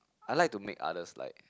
I like to make others like